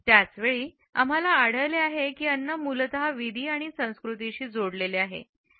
त्याच वेळी आम्हाला आढळले आहे की अन्न मूलत विधी आणि संस्कृतीशी जोडलेले आहे